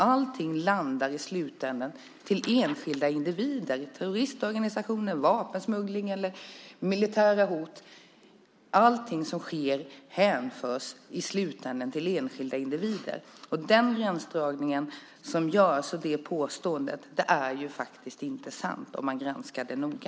I slutändan landar allt i detta med enskilda individer. Terroristorganisationer, vapensmuggling eller militära hot, ja, allt som sker hänförs i slutändan till enskilda individer. Det som påstås om gränsdragningen är faktiskt inte sant. Det framgår om man noga granskar detta.